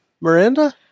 Miranda